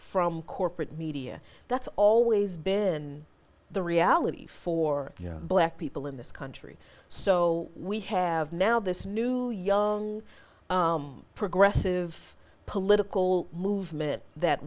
from corporate media that's always been the reality for black people in this country so we have now this new young progressive political movement that